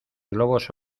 globos